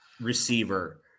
receiver